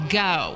go